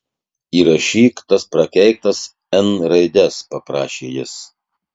įrašyk tas prakeiktas n raides paprašė jis